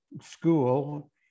school